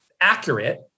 accurate